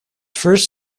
first